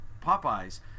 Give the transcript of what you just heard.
Popeyes